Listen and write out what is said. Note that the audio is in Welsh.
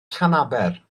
llanaber